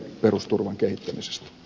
arvoisa puhemies